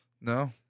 No